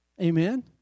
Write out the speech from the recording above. Amen